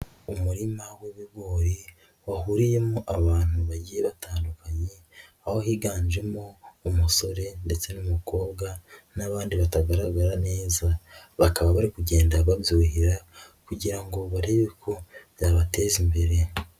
Umurima w'ibigori wahuriyemo abantu bagiye batandukanye aho higanjemo umusore ndetse n'umukobwa n'abandi batagaragara neza bakaba bari kugenda babyuhira kugira ngo barebe ko byabateza imbere.